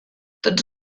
tots